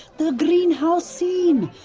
the greenhouse scene!